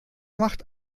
macht